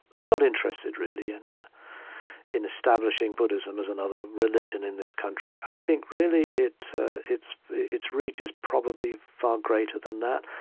i'm not interested, really, and in establishing buddhism as another religion in this country. i think, really, its its reach is probably far greater than that.